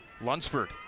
Lunsford